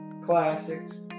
classics